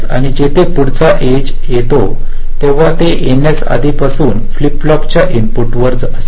आणि जेव्हा पुढची एज येते तेव्हा हे एनएस आधीपासूनच फ्लिप फ्लॉप च्या इनपुट वर असते